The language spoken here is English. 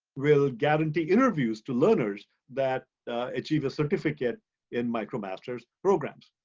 will guarantee interviews to learners that achieve a certificate in micromasters programs.